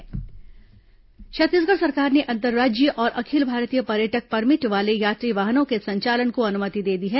यात्री वाहन अनुमति छत्तीसगढ़ सरकार ने अंतर्राज्यीय और अखिल भारतीय पर्यटक परमिट वाले यात्री वाहनों के संचालन को अनुमति दे दी है